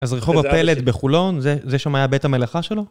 אז רחוב הפלט בחולון, זה שם היה בית המלאכה שלו?